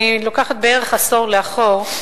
אני לוקחת בערך עשור לאחור,